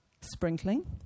Sprinkling